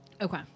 Okay